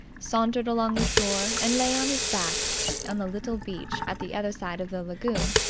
sauntered along the shore, and lay on his back on the little beach at the other side of the lagoon,